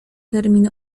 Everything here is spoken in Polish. termin